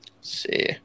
see